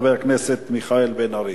חבר הכנסת מיכאל בן-ארי.